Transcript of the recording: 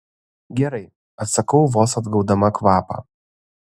gerai atsakau vos atgaudama kvapą